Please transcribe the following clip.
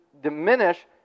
diminish